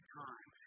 time